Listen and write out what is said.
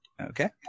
Okay